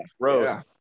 gross